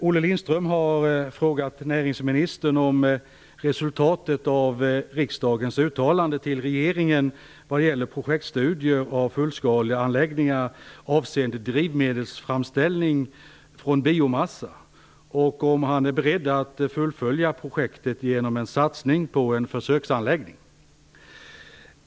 Olle Lindström har frågat näringsministern om resultatet av riksdagens uttalande till regeringen vad gäller projektstudier av fullskaleanläggningar avseende drivmedelsframställning från biomassa, och om han är beredd att fullfölja projektet genom en satsning på en försöksanläggning.